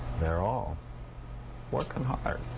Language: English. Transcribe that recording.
they're all working hard.